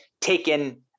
taken